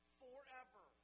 forever